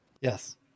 Yes